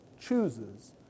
chooses